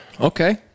okay